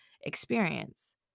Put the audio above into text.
experience